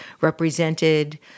represented